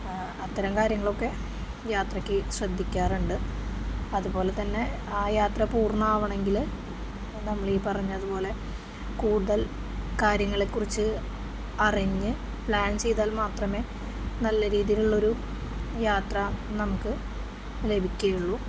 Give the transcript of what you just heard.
അത്തരം കാര്യങ്ങളൊക്കെ യാത്രയ്ക്ക് ശ്രദ്ധിക്കാറുണ്ട് അതുപോലെ തന്നെ ആ യാത്ര പൂർണ്ണമാകണമെങ്കില് നമ്മളീ പറഞ്ഞതുപോലെ കൂടുതൽ കാര്യങ്ങളെക്കുറിച്ച് അറിഞ്ഞ് പ്ലാൻ ചെയ്താൽ മാത്രമേ നല്ല രീതിയിലുള്ളൊരു യാത്ര നമുക്ക് ലഭിക്കുകയുള്ളൂ